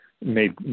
made